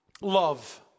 Love